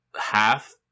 half